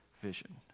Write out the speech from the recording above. vision